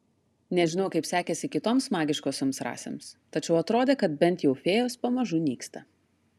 nežinau kaip sekėsi kitoms magiškosioms rasėms tačiau atrodė kad bent jau fėjos pamažu nyksta